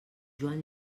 joan